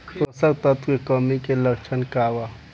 पोषक तत्व के कमी के लक्षण का वा?